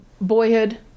boyhood